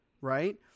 Right